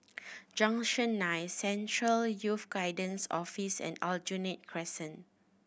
Junction Nine Central Youth Guidance Office and Aljunied Crescent